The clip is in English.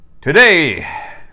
Today